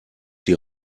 die